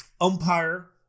umpire